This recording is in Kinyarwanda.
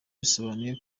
bisobanuye